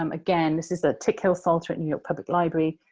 um again, this is the tickhill psaltar at new york public library.